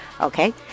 okay